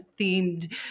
themed